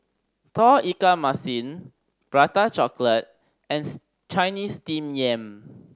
Tauge Ikan Masin Prata Chocolate and Chinese Steamed Yam